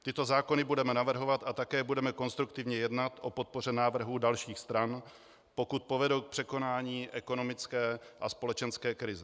Tyto zákony budeme navrhovat a také budeme konstruktivně jednat o podpoře návrhů dalších stran, pokud povedou k překonání ekonomické a společenské krize.